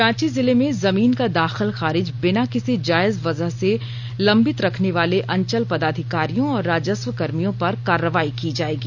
रांची जिले में जमीन का दाखिल खारिज बिना किसी जायज वजह से लंबित रखने वाले अंचल पदाधिकारियों और राजस्व कर्मियों पर कार्रवाई की जाएगी